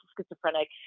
schizophrenic